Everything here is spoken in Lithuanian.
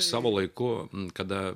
savo laiku kada